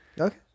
Okay